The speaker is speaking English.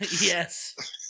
Yes